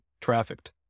trafficked